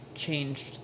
changed